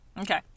Okay